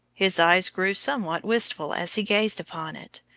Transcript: his eyes grew somewhat wistful as he gazed upon it,